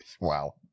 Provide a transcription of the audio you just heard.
Wow